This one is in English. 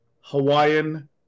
hawaiian